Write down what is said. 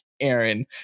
Aaron